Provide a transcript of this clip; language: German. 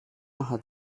hat